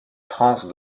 france